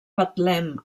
betlem